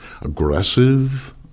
Aggressive